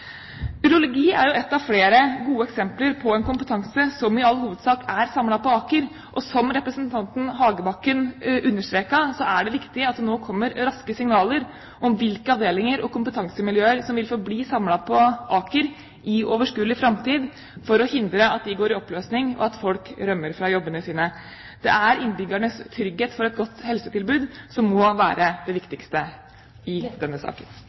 Urologi er ett av flere gode eksempler på en kompetanse som i all hovedsak er samlet på Aker. Som representanten Hagebakken understreket, er det viktig at det nå kommer raske signaler om hvilke avdelinger og kompetansemiljøer som vil forbli samlet på Aker i overskuelig framtid, for å hindre at de går i oppløsning, og at folk rømmer fra jobbene sine. Det er innbyggernes trygghet for et godt helsetilbud som må være det viktigste i denne saken.